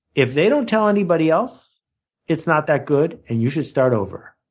if they don't tell anybody else it's not that good and you should start over.